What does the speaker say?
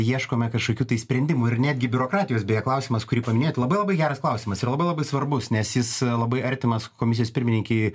ieškome kažkokių sprendimų ir netgi biurokratijos beje klausimas kurį paminėjot labai labai geras klausimas ir labai labai svarbus nes jis labai artimas komisijos pirmininkei